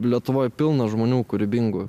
lietuvoj pilna žmonių kūrybingų